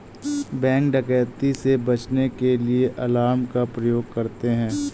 bank डकैती से बचने के लिए अलार्म का प्रयोग करते है